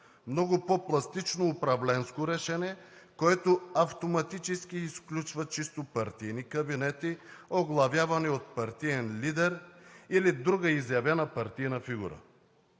много по-пластично управленско решение, което автоматически изключва чисто партийни кабинети, оглавявани от партиен лидер или друга изявена партийна фигура.